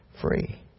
free